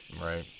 Right